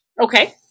Okay